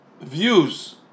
views